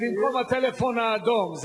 זה במקום הטלפון האדום.